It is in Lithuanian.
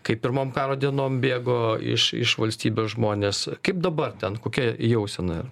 kai pirmom karo dienom bėgo iš iš valstybės žmonės kaip dabar ten kokia jausena yra